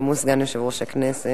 גם הוא סגן יושב-ראש הכנסת.